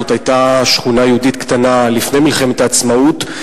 זאת היתה שכונה יהודית קטנה לפני מלחמת העצמאות,